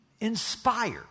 inspired